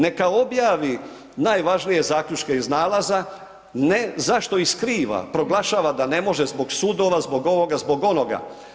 Neka objavi najvažnije zaključke iz nalaza, ne zašto ih skriva, proglašava da ne može zbog sudova, zbog ovoga, zbog onoga.